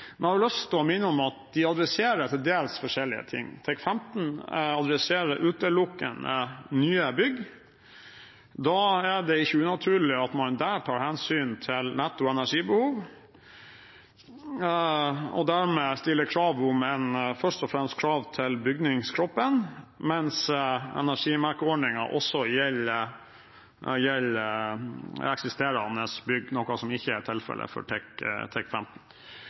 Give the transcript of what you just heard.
men jeg har lyst til å minne om at de adresserer til dels forskjellige ting. TEK15 adresserer utelukkende nye bygg. Da er det ikke unaturlig at man der tar hensyn til netto energibehov og dermed først og fremst stiller krav til bygningskroppen. Energimerkeordningen gjelder også eksisterende bygg, noe som ikke er tilfelle for